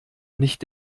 nicht